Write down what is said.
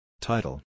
Title